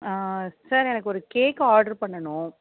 sir எனக்கு ஒரு cake order பண்ணணும்